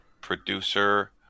producer